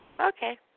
Okay